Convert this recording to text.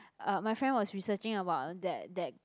uh my friend was researching about that that